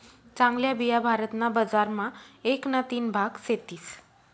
चांगल्या बिया भारत ना बजार मा एक ना तीन भाग सेतीस